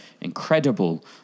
incredible